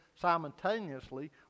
simultaneously